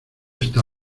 esta